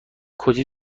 کتی